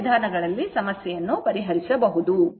ಎರಡೂ ವಿಧಾನಗಳಲ್ಲಿ ಸಮಸ್ಯೆಯನ್ನು ಪರಿಹರಿಸಬಹುದು